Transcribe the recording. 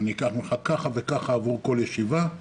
אני אקח ממך כך וכך עבור כל ישיבה,